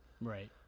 right